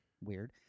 weird